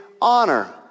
honor